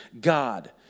God